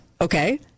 okay